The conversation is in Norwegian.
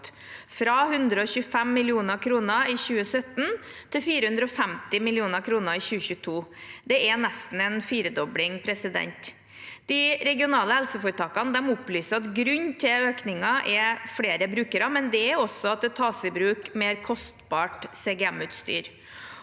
fra 125 mill. kr i 2017 til 450 mill. kr i 2022. Det er nesten en firedobling. De regionale helseforetakene opplyser at grunnen til økningen er flere brukere, men også at det tas i bruk mer kostbart CGM-utstyr.